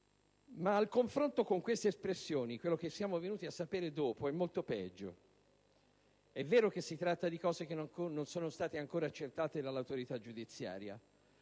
Ma, al confronto con queste espressioni, quello che siamo venuti a sapere dopo è molto peggio. È vero che si tratta di cose che non sono state ancora accertate dall'autorità giudiziaria,